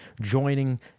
joining